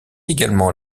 également